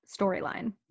storyline